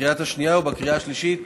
בקריאה השנייה ובקריאה השלישית